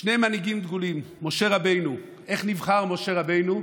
שני מנהיגים דגולים: משה רבנו, איך נבחר משה רבנו?